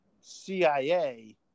CIA